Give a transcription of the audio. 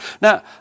Now